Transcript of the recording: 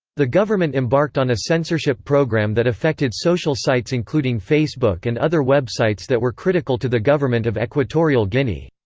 the government embarked on a censorship program that affected social sites including facebook and other websites that were critical to the government of equatorial guinea.